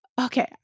Okay